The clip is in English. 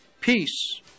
Peace